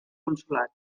consolat